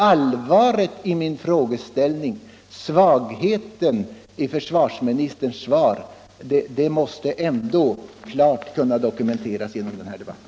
Allvaret i min fråga och svagheten i försvarsministerns svar måste | ändå klart kunna dokumenteras genom den här debatten.